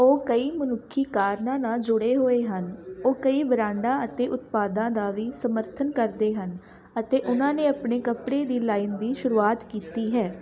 ਉਹ ਕਈ ਮਨੁੱਖੀ ਕਾਰਨਾਂ ਨਾਲ ਜੁੜੇ ਹੋਏ ਹਨ ਉਹ ਕਈ ਬ੍ਰਾਂਡਾਂ ਅਤੇ ਉਤਪਾਦਾਂ ਦਾ ਵੀ ਸਮਰਥਨ ਕਰਦੇ ਹਨ ਅਤੇ ਉਹਨਾਂ ਨੇ ਆਪਣੇ ਕੱਪੜੇ ਦੀ ਲਾਈਨ ਦੀ ਸ਼ੁਰੂਆਤ ਕੀਤੀ ਹੈ